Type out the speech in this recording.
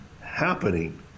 happening